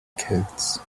kids